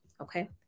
okay